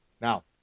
Now